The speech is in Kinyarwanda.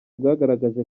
bwagaragaje